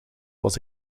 was